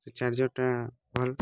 ସେ ଚାର୍ଜର୍ଟା ଭଲ୍